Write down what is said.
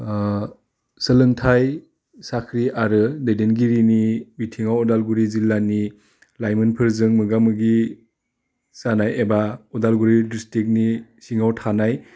सोलोंथाइ साख्रि आरो दैदेनगिरिनि बिथिङाव अदालगुरि जिल्लानि लाइमोनफोरजों मोगा मोगि जानाय एबा अदालगुरि ड्रिस्टिक्टनि सिङाव थानाय